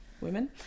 women